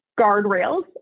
guardrails